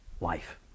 life